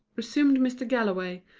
resumed mr. galloway,